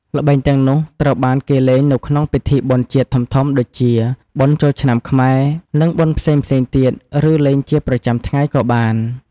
ល្បែងទាំងនោះត្រូវបានគេលេងនៅក្នុងពិធីបុណ្យជាតិធំៗដូចជា បុណ្យចូលឆ្នាំខ្មែរ និងបុណ្យផ្សេងៗទៀត ឬលេងជាប្រចាំថ្ងៃក៏បាន។